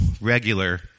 regular